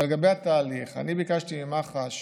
אבל לגבי התהליך, אני ביקשתי ממח"ש